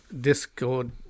Discord